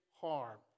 harm